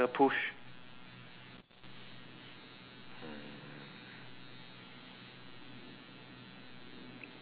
the dog is what